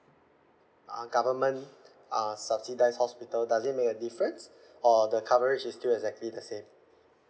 a government uh subsidised hospital does it make a difference or the coverage is still exactly the same